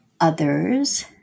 others